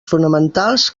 fonamentals